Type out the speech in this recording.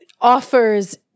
offers